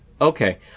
Okay